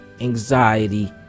anxiety